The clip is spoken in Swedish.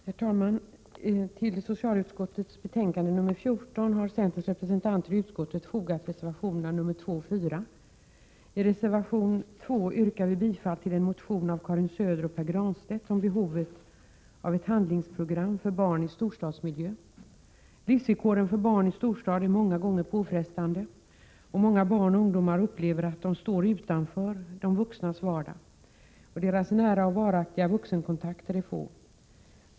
Herr talman! Till socialutskottets betänkande nr 14 har centerns representanter i utskottet fogat reservationerna nr 2 och 4. I reservation 2 yrkar vi bifall till en motion av Karin Söder och Pär Granstedt om behovet av ett handlingsprogram för barn i storstadsmiljö. Livsvillkoren för barn i storstad är många gånger påfrestande. Många barn och ungdomar upplever att de står utanför vuxnas vardag. Deras nära och varaktiga vuxenkontakter är få.